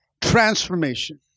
transformation